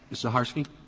saharsky